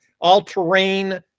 all-terrain